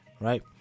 right